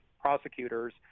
prosecutors